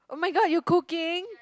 oh my god you cooking